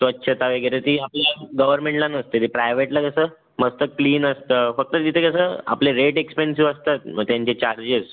स्वच्छता वगैरे ती आपल्या गवर्नमेंटला नसते ती प्रायवेटला कसं मस्त क्लीन असतं फक्त तिथे कसं आपले रेट एक्स्पेन्सिव असतात मग त्यांचे चार्जेस